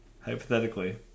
Hypothetically